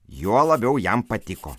juo labiau jam patiko